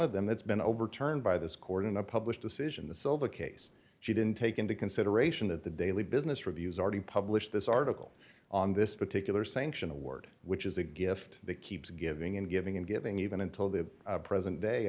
of them that's been overturned by this court in a published decision the silver case she didn't take into consideration that the daily business reviews already published this article on this particular sanction award which is a gift that keeps giving and giving and giving even until the present day